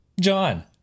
John